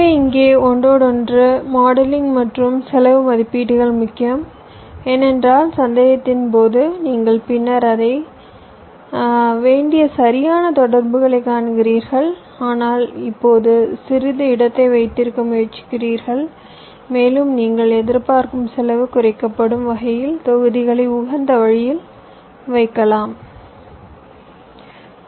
எனவே இங்கே ஒன்றோடொன்று மாடலிங் மற்றும் செலவு மதிப்பீடுகள் முக்கியம் ஏனென்றால் சந்தேகத்தின் போது நீங்கள் பின்னர் செய்ய வேண்டிய சரியான தொடர்புகளை காண்கிறீர்கள் ஆனால் இப்போது சிறிது இடத்தை வைத்திருக்க முயற்சிக்கிறீர்கள் மேலும் நீங்கள் எதிர்பார்க்கும் செலவு குறைக்கப்படும் வகையில் தொகுதிகளை உகந்த வழியில் வைக்கவும்